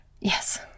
Yes